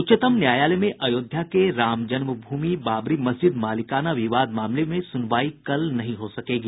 उच्चतम न्यायालय में अयोध्या के रामजन्म भूमि बाबरी मस्जिद मालिकाना विवाद मामले में सुनवाई कल नहीं हो सकेगी